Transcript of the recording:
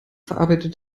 verarbeitet